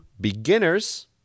beginners